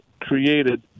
created